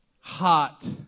hot